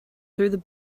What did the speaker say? through